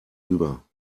über